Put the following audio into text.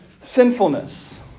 sinfulness